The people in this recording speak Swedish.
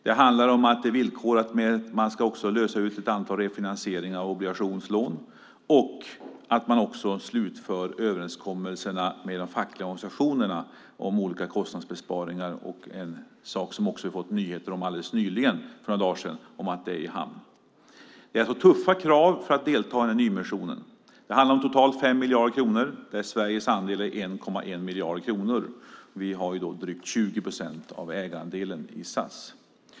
Det handlar om att det är villkorat med att man ska lösa ut ett antal refinansieringar av obligationslån och att man också slutför överenskommelserna med de fackliga organisationerna om olika kostnadsbesparingar. Det är en sak som vi har fått nyheter för bara några dagar sedan om att det är i hamn. Det är alltså tuffa krav för att delta i nyemissionen. Det handlar om totalt 5 miljarder kronor där Sveriges andel är 1,1 miljard kronor då vi har drygt 20 procent av ägarandelen i SAS.